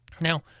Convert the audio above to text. Now